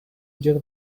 ждет